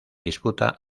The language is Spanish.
disputa